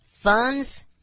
Funds